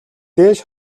дээш